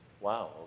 Wow